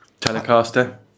Telecaster